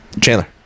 Chandler